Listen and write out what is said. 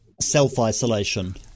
self-isolation